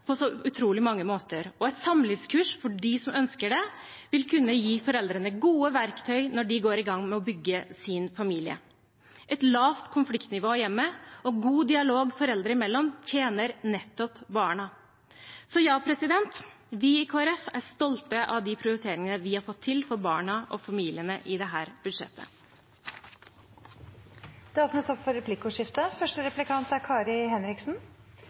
på hodet på utrolig mange måter, og et samlivskurs for dem som ønsker det, vil kunne gi foreldrene gode verktøy når de går i gang med å bygge sin familie. Et lavt konfliktnivå i hjemmet og god dialog foreldrene imellom tjener nettopp barna. Så ja, vi i Kristelig Folkeparti er stolte av de prioriteringene vi har fått til for barna og familiene i dette budsjettet. Det blir replikkordskifte. Det var et godt innlegg om barn og familier. Vi er